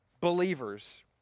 believers